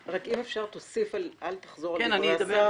רק אם אפשר, אל תחזור על דברי השר אלא תוסיף.